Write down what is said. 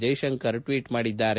Jaishankar tweet ಮಾಡಿದ್ದಾರೆ